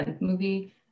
movie